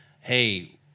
hey